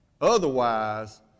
otherwise